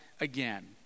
again